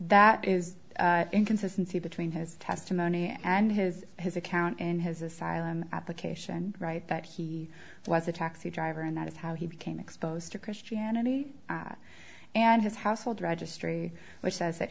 that is inconsistency between his testimony and his his account in his asylum application right that he was a taxi driver and that is how he became exposed to christianity and his household registry which says that